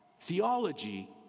Theology